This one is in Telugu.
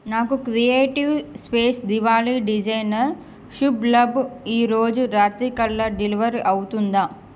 నాకు creative space Diwali designer Shubh Labh ఈరోజు రాత్రికల్లా డెలివర్ అవుతుందా